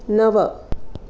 नव